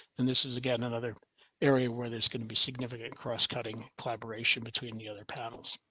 and this is again another area where there's going to be significant cross cutting collaboration between the other panels.